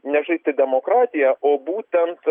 ne žaisti demokratiją o būtent